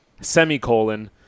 semicolon